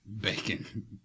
Bacon